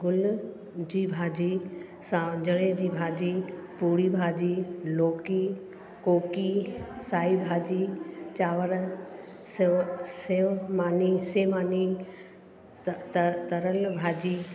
गुल जी भाॼी स्वाजड़े जी भाॼी पूरी भाॼी लोकी कोकी साई भाॼी चांवरु सेव सेव मानी सेव मानी तरल भाॼी